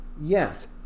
Yes